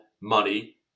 money